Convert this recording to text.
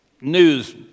news